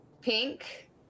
Pink